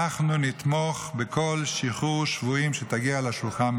אנחנו נתמוך בכל שחרור שבויים שיגיע לשולחן,